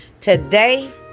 Today